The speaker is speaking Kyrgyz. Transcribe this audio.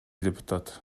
депутат